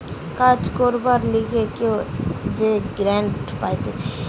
কাজ করবার লিগে কেউ যে গ্রান্ট পাইতেছে